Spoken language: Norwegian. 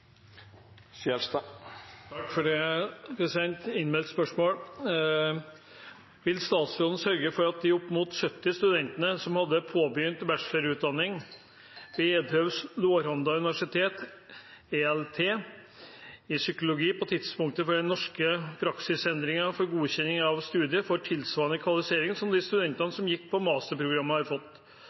statsråden sørge for at de oppimot 70 studentene som hadde påbegynt bachelorutdanning ved Eötvös Loránd University i psykologi på tidspunktet for den norske praksisendringen for godkjenning av studiet, får tilsvarende kvalifisering som den studentene som tok masterprogrammet, har fått,